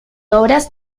obras